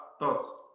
Thoughts